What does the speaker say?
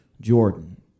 Jordan